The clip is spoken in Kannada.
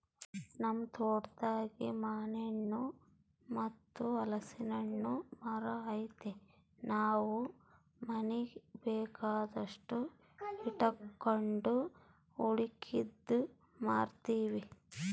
ನಮ್ ತೋಟದಾಗೇ ಮಾನೆಣ್ಣು ಮತ್ತೆ ಹಲಿಸ್ನೆಣ್ಣುನ್ ಮರ ಐತೆ ನಾವು ಮನೀಗ್ ಬೇಕಾದಷ್ಟು ಇಟಗಂಡು ಉಳಿಕೇದ್ದು ಮಾರ್ತೀವಿ